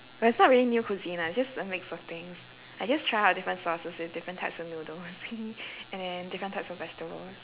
but it's not really new cuisine lah it's just a mix of things I just try out different sauces with different types of noodles and then different types of vegetables